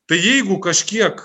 tai jeigu kažkiek